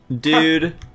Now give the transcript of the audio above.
dude